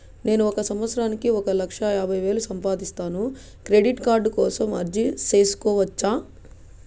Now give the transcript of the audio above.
నేను ఒక సంవత్సరానికి ఒక లక్ష యాభై వేలు సంపాదిస్తాను, క్రెడిట్ కార్డు కోసం అర్జీ సేసుకోవచ్చా?